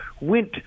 went